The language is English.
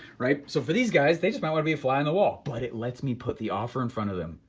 right? so for these guys, they just might want to be a fly on the wall, but it lets me put the offer in front of them.